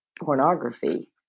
pornography